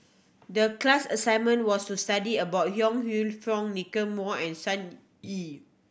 the class assignment was to study about Yong Lew Foong Nicky Moey and Sun Yee